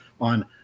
On